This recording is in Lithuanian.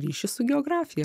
ryšį su geografija